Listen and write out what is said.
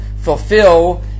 fulfill